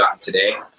today